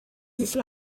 sich